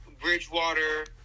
Bridgewater